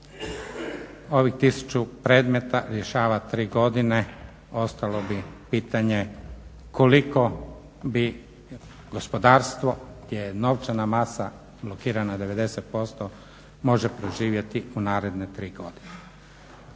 ovih tisuću predmeta rješava tri godine ostalo bi pitanje koliko bi gospodarstvo gdje je novčana masa blokirana 90% može preživjeti u naredne tri godine.